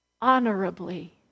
honorably